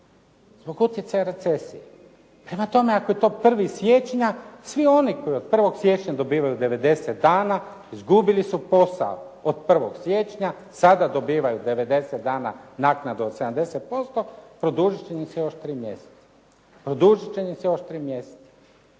zbog utjecaja recesije. Prema tome, ako je to 1. siječnja, svi oni koji od 1. siječnja dobivaju 90 dana izgubili su posao od 1. siječnja. Sada dobivaju 90 dana naknadu od 70%, produžit će im se još tri mjeseca. Prema tome,